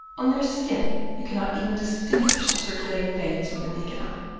on their skin you cannot even distinguish the circulating veins with the naked eye.